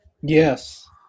Yes